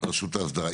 רשות האסדרה.